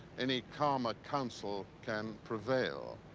any calmer counsel can prevail.